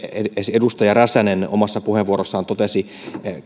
edustaja räsänen omassa puheenvuorossaan totesi